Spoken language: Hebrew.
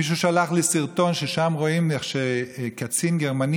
מישהו שלח לי סרטון שבו רואים איך קצין גרמני